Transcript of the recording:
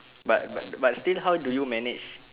but but but still how do you manage